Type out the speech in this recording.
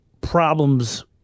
problems